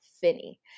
Finney